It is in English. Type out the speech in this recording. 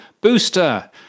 Booster